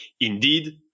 Indeed